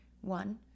One